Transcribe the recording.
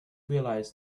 realise